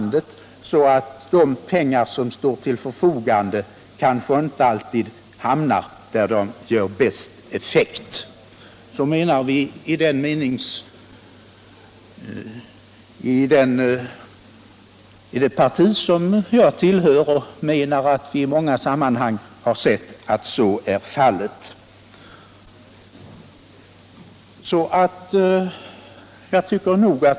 Följden av en sådan snedvridning blir att de pengar som står till förfogande kanske inte alltid hamnar där de gör bäst effekt. Det parti som jag tillhör menar att man i många sammanhang har sett att så är fallet.